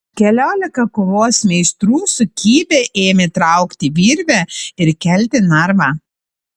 keliolika kovos meistrų sukibę ėmė traukti virvę ir kelti narvą